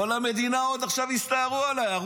כל המדינה עוד יסתערו עליי עכשיו,